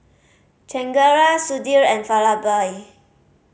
Chengara Sudhir and Vallabhbhai